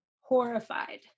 horrified